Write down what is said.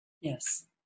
Yes